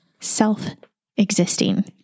self-existing